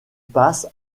passe